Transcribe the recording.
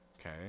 okay